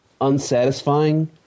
unsatisfying